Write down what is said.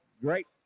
great